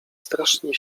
strasznie